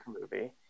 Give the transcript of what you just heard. movie